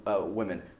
women